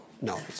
No